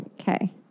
Okay